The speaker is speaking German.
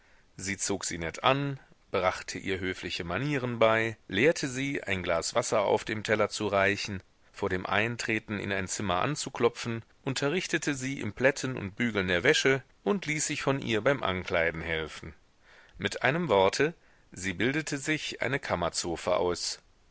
sie zog sie nett an brachte ihr höfliche manieren bei lehrte sie ein glas wasser auf dem teller zu reichen vor dem eintreten in ein zimmer anzuklopfen unterrichtete sie im plätten und bügeln der wäsche und ließ sich von ihr beim ankleiden helfen mit einem worte sie bildete sich eine kammerzofe aus